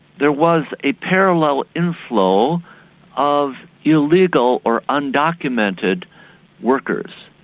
there was a parallel inflow of illegal or undocumented workers,